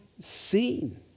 seen